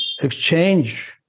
exchange